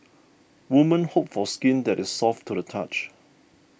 women hope for skin that is soft to the touch